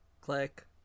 click